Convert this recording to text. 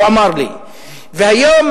והיום